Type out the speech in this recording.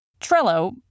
Trello